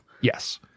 Yes